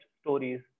stories